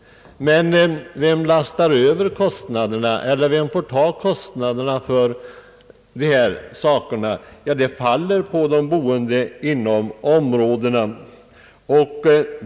Men vem får stå för kostnaderna? Jo, de faller på de boende inom de berörda områdena.